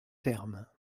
termes